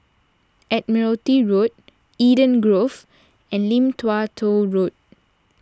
Admiralty Road Eden Grove and Lim Tua Tow Road